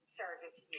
service